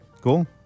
cool